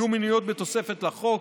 יהיו מנויים בתוספת לחוק,